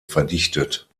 verdichtet